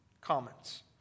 comments